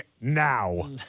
now